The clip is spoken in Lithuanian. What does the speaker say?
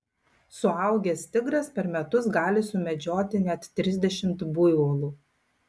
suaugęs tigras per metus gali sumedžioti net trisdešimt buivolų